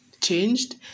changed